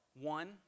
one